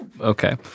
okay